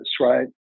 right